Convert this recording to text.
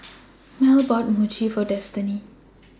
Mell bought Mochi For Destiny